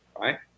Right